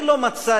אני לא מצאתי,